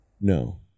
no